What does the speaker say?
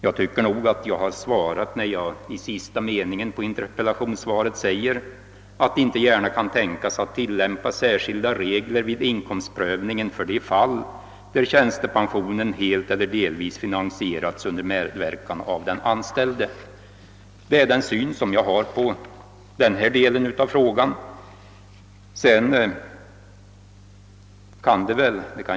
Jag tycker nog att jag har lämnat ett sådant när jag i den sista meningen i svaret säger att »det inte gärna kan tänkas att tilllämpa särskilda regler vid inkomstprövningen för de fall där tjänstepensionen helt eller delvis finansierats under medverkan av den anställde». Det är den uppfattning jag har om denna del av frågan.